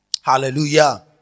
Hallelujah